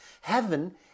Heaven